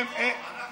לא, לא.